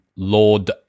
Lord